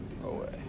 away